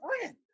friend